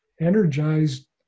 energized